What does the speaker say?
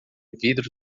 vidro